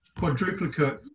quadruplicate